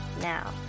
now